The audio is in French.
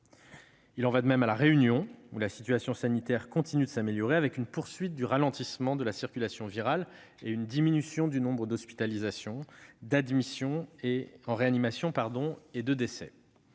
Il en va de même à la Réunion, où la situation sanitaire continue aussi de s'améliorer, avec une poursuite du ralentissement de la circulation virale et une diminution du nombre d'hospitalisations, d'admissions en